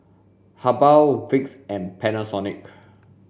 Habhal Vicks and Panasonic